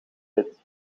wit